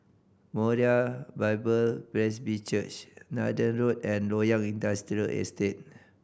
Moriah Bible Presby Church Nathan Road and Loyang Industrial Estate